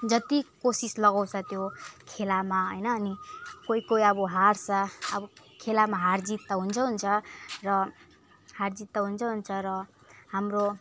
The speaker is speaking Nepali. जति कोसिस लगाउँछ त्यो खेलामा होइन अनि कोही कोही अब हार्छ अब खेलामा हार जित त हुन्छै हुन्छ र हाम्रो